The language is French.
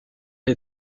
est